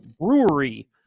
Brewery